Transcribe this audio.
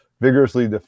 vigorously